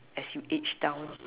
as you age down